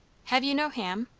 have you no ham?